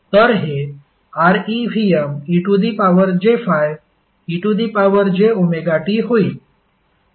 तर हे ReVmej∅ejωt होईल